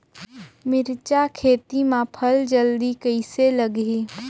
मिरचा खेती मां फल जल्दी कइसे लगही?